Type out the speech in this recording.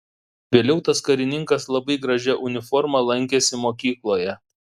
vėliau tas karininkas labai gražia uniforma lankėsi mokykloje